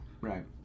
right